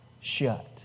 shut